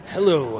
Hello